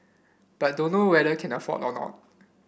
but dunno whether can afford or not